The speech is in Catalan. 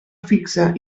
fixa